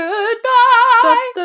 Goodbye